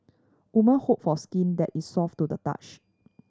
woman hope for skin that is soft to the touch